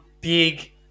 big